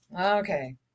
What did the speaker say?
Okay